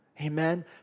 Amen